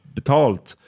betalt